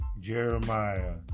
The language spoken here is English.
Jeremiah